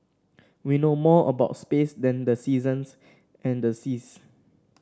we know more about space than the seasons and the seas